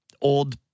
old